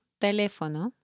teléfono